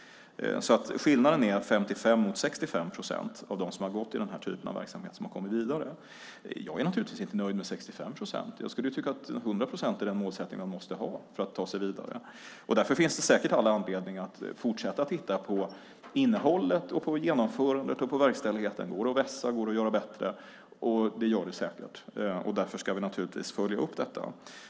Skillnaden är 55 mot 65 procent när det gäller dem som har gått i den här typen av verksamhet och kommit vidare. Jag är naturligtvis inte nöjd med 65 procent - jag skulle tycka att 100 procent är den målsättning man måste ha för att ta sig vidare. Därför finns det säkert all anledning att fortsätta att titta på innehållet, genomförandet och verkställigheten: Går det att vässa? Går det att göra bättre? Det gör det säkert. Därför ska vi naturligtvis följa upp detta.